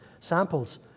samples